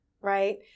Right